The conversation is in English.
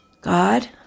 God